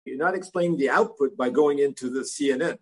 You are not explaining the output by going into the cnn